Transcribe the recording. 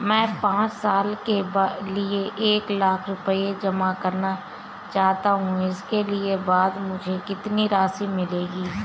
मैं पाँच साल के लिए एक लाख रूपए जमा करना चाहता हूँ इसके बाद मुझे कितनी राशि मिलेगी?